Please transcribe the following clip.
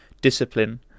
discipline